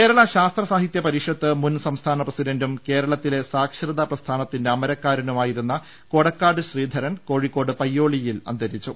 കേരള ശാസ്ത്രസാഹിത്യ പരിഷത്ത് മുൻ സംസ്ഥാന പ്രസി ഡണ്ടും കേരളത്തിലെ സാക്ഷരതാപ്രസ്ഥാനത്തിന്റെ അമരക്കാര നുമായിരുന്ന കൊടക്കാട് ശ്രീധരൻ കോഴിക്കോട് പയ്യോളിയിൽ അന്തരിച്ചു